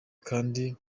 kandi